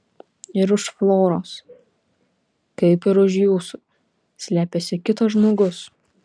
ir už floros kaip ir už jūsų slepiasi kitas žmogus